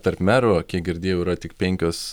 tarp merų kiek girdėjau yra tik penkios